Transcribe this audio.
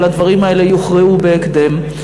אבל הדברים האלה יוכרעו בהקדם.